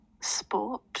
sport